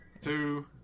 two